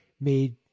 made